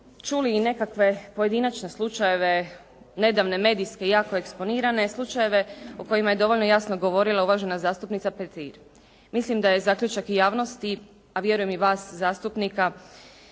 čuli i nekakve pojedinačne slučajeve, nedavne medijske jako eksponirane slučajeve, o kojima je dovoljno jasno govorila uvažena zastupnica Petir. Mislim da je zaključak javnosti, a vjerujem i vas zastupnika